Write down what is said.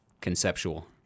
conceptual